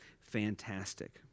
fantastic